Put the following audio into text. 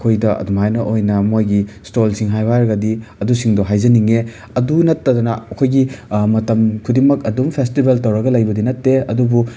ꯑꯩꯈꯣꯏꯗ ꯑꯗꯨꯃꯥꯏꯅ ꯑꯣꯏꯅ ꯃꯣꯏꯒꯤ ꯁ꯭ꯇꯣꯜꯁꯤꯡ ꯍꯥꯏꯌꯨ ꯍꯥꯏꯔꯒꯗꯤ ꯑꯗꯨꯁꯤꯡꯗꯣ ꯍꯥꯏꯖꯅꯤꯡꯉꯦ ꯑꯗꯨ ꯅꯠꯇꯗꯅ ꯑꯩꯈꯣꯏꯒꯤ ꯃꯇꯝ ꯈꯨꯗꯤꯡꯃꯛ ꯑꯗꯨꯝ ꯐꯦꯁꯇꯤꯕꯦꯜ ꯇꯧꯔꯒ ꯂꯩꯕꯗꯤ ꯅꯠꯇꯦ ꯑꯗꯨꯕꯨ